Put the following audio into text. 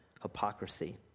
hypocrisy